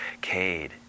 Cade